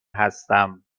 هستم